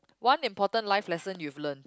one important life lesson you've learned